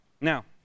now